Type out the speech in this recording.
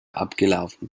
abgelaufen